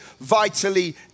vitally